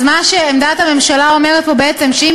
אז מה שעמדת הממשלה אומרת פה בעצם זה שאם